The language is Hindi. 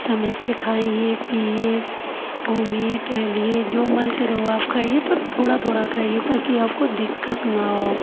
समय से खाइए पीइए घूमिए टहलिए जो मन करे वो आप खाइए पर थोड़ा थोड़ा खाइए ताकि आपको दिक्कत ना हो